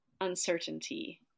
uncertainty